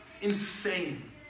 Insane